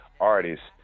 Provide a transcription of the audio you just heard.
artists